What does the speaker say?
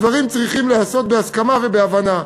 דברים צריכים להיעשות בהסכמה ובהבנה.